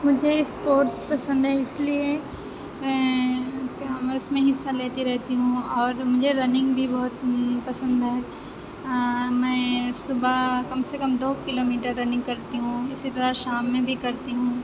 مجھے اسپورٹس پسند ہے اِس لیے میں کیا میں اِس میں حصّہ لیتی رہتی ہوں اور مجھے رننگ بھی بہت پسند ہے میں صُبح کم سے کم دو کلو میٹر رننگ کرتی ہوں اِسی طرح شام میں بھی کرتی ہوں